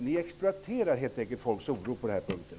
Ni exploaterar helt enkelt folks oro på den här punkten.